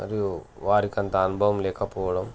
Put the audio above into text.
మరియు వారికంత అనుభవం లేకపోవడం